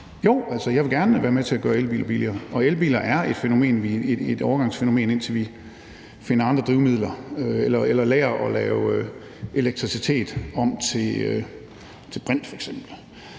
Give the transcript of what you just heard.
Jo, jeg vil gerne være med til at gøre elbiler billigere, og elbiler er et overgangsfænomen, indtil vi finder andre drivmidler eller lærer at lave elektricitet om til f.eks.